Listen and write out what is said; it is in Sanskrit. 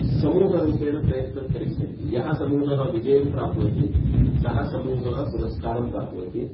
समूहरूपेण प्रयत्नं करिष्यन्ति यः समूहः विजयं प्राप्नोति सः समूहः पुरस्कारं प्राप्नोति